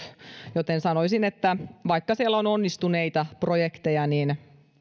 joten sanoisin että vaikka siellä on onnistuneita projekteja niin